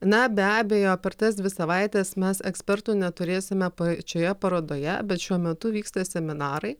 na be abejo per tas dvi savaites mes ekspertų neturėsime pačioje parodoje bet šiuo metu vyksta ir seminarai